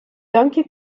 donkey